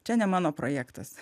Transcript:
čia ne mano projektas